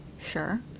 Sure